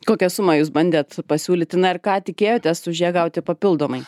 kokią sumą jūs bandėt pasiūlyti na ir ką tikėjotės už ją gauti papildomai